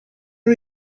are